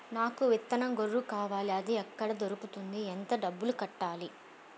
నాకు విత్తనం గొర్రు కావాలి? అది ఎక్కడ దొరుకుతుంది? ఎంత డబ్బులు కట్టాలి?